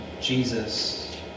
Jesus